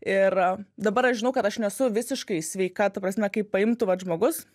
ir dabar aš žinau kad aš nesu visiškai sveika ta prasme kaip paimtų vat žmogus